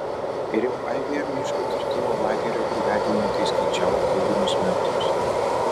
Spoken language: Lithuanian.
ir jau aibėje miško kirtimo lagerių brigadininkai skaičiavo kubinius metrus